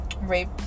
Rape